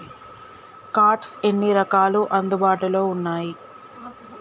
Cards ఎన్ని రకాలు అందుబాటులో ఉన్నయి?